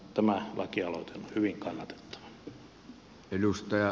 tämä lakialoite on hyvin kannatettava